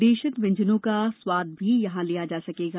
देशज व्यंजनों का स्वाद भी यहाँ लिया जा सकेगा